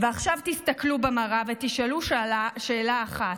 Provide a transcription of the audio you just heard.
ועכשיו תסתכלו במראה ותשאלו שאלה אחת: